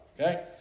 Okay